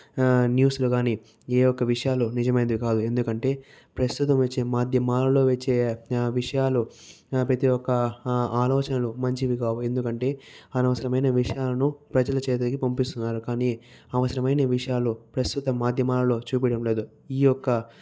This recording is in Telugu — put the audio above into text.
న్యూస్ లో కానీ ఏ ఒక్క విషయాలు నిజమైనది కాదు ఎందుకంటే ప్రస్తుతం వచ్చి మాధ్యమాలలో వచ్చే విషయాలు ప్రతి ఒక్క ఆలోచనలు మంచివి కావు ఎందుకంటే అనవసరమైన విషయాలను ప్రజల చేతకి పంపిస్తున్నారు కానీ అవసరమైన విషయాలు ప్రస్తుతం మాధ్యమాలలో చూపిడం లేదు ఈ యొక్క